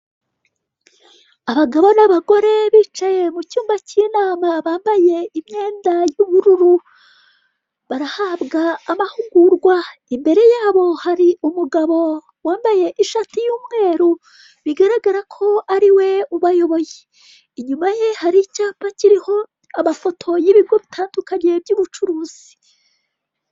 Abagabo n'abagore bicaye mu cyumba cy'inama, bambaye imyenda y'ubururu, barahabwa amahugurwa, imbere yabo hari umugabo wambaye ishati y'umweru, bigaragara ko ari we ubayoboye, inyuma ye hari icyapa kiriho amafoto y'ibigo bitandukanye by'ubucuruzi.